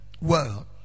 world